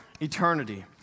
eternity